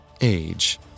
age